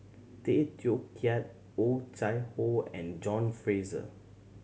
Tay Teow Kiat Oh Chai Hoo and John Fraser